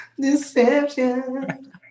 Deception